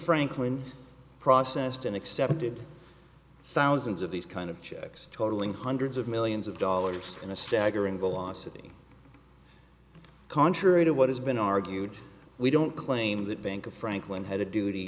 franklin processed and accepted thousands of these kind of checks totaling hundreds of millions of dollars in a staggering velocity contrary to what has been argued we don't claim that bank of franklin had a duty